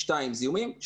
2. זיהומים,